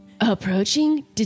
Approaching